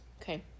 okay